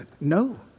No